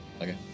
Okay